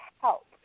help